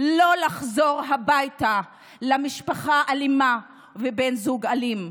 ולא לחזור הביתה למשפחה אלימה ובן זוג אלים.